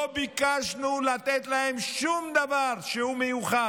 לא ביקשנו לתת להם שום דבר שהוא מיוחד.